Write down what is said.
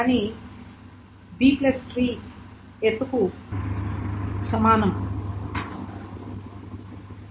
కానీ ఇది Bట్రీ ఎత్తుకు సమానం